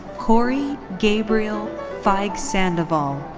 cory gabriel feig-sandoval.